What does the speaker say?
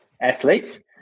athletes